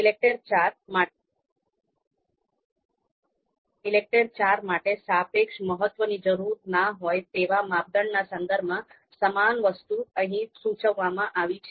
ઈલેકટેર IV માટે સાપેક્ષ મહત્વની જરૂર ન હોય તેવા માપદંડના સંદર્ભમાં સમાન વસ્તુ અહીં સૂચવવામાં આવી છે